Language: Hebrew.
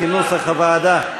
כנוסח הוועדה.